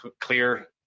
clear